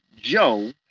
Joe